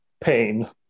pain